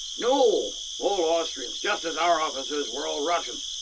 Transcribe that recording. no all austrians, just as our officers were all russians.